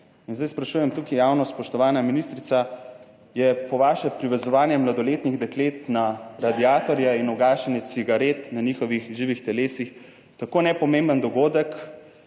Sedaj sprašujem tukaj javno, spoštovana ministrica, je po vaše privezovanje mladoletnih deklet na radiatorje in ugašanje cigaret na njihovih živih telesih tako nepomemben dogodek,